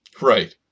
Right